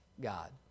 God